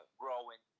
growing